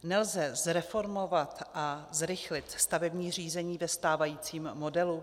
Nelze zreformovat a zrychlit stavební řízení ve stávajícím modelu?